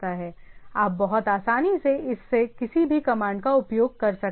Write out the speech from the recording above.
आप बहुत आसानी से इस से किसी भी कमांड का उपयोग कर सकते हैं